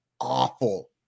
awful